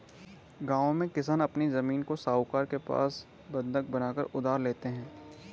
गांव में किसान अपनी जमीन को साहूकारों के पास बंधक बनाकर उधार लेते हैं